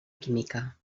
química